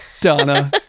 Donna